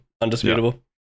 undisputable